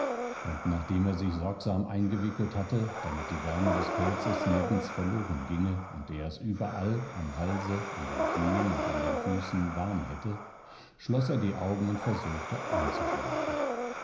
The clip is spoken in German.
und nachdem er sich sorgsam eingewickelt hatte damit die wärme des pelzes nirgends verloren ginge und er es überall am halse an den knien und an den füßen warm hätte schloß er die augen und versuchte einzuschlafen